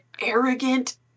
arrogant